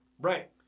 Right